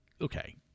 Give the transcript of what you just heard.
okay